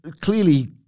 clearly